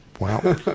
Wow